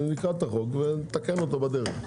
נקרא את החוק ונתקן אותו בדרך.